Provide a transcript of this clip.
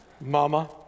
Mama